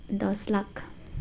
दस लाख